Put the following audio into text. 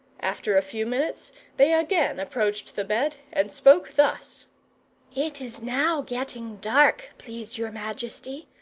after a few minutes they again approached the bed, and spoke thus it is now getting dark, please your majesty.